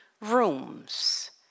rooms